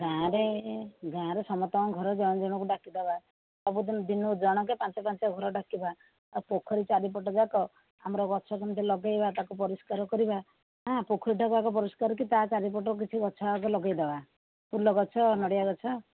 ଗାଁ ରେ ଗାଁ ରେ ସମସ୍ତଙ୍କ ଘରେ ଜଣ ଜଣଙ୍କୁ ଡାକିଦେବା ସବୁଦିନ ଦିନ ଜଣକେ ପାଞ୍ଚ ପାଞ୍ଚ ଟା ଘର ଡାକିବା ଆ ପୋଖରୀ ଚାରିପଟେ ଯାକ ଆମର ଗଛ କେମିତି ଲଗାଇବା ତାକୁ ପରିଷ୍କାର କରିବା ହଁ ପୋଖରୀ ଟାକୁ ଆଗ ପରିସ୍କାର କରି ତା ଚାରିପଟେ କିଛି ଗଛ ଆଗ ଲଗାଇଦେବା ଫୁଲ ଗଛ ନଡ଼ିଆ ଗଛ